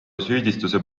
süüdistuse